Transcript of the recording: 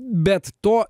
bet to